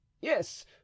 Yes